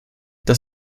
das